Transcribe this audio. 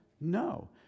No